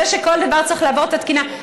זה שכל דבר צריך לעבור את התקינה,